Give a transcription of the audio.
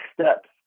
steps